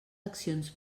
accions